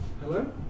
Hello